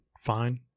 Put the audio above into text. fine